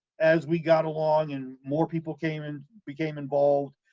as we got along and more people came and became involved,